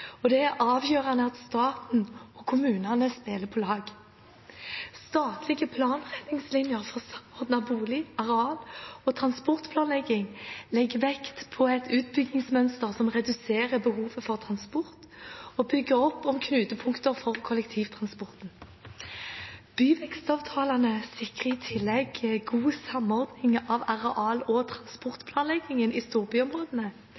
og det er avgjørende at staten og kommunene spiller på lag. Statlige planretningslinjer for samordnet bolig-, areal- og transportplanlegging legger vekt på et utbyggingsmønster som reduserer behovet for transport, og bygger opp om knutepunkter for kollektivtransporten. Byvekstavtalene sikrer i tillegg god samordning av areal- og